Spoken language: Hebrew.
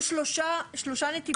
היו שלושה נתיבים.